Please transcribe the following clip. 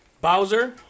Bowser